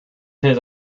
his